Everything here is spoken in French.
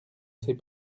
sais